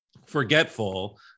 forgetful